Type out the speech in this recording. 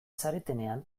zaretenean